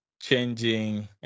changing